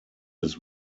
his